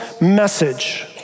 message